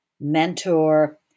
mentor